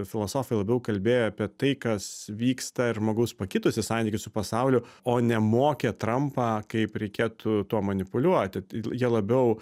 filosofai labiau kalbėjo apie tai kas vyksta ir žmogaus pakitusį santykį su pasauliu o ne mokė trampą kaip reikėtų tuo manipuliuoti jie labiau